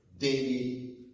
David